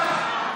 קריאות: בושה.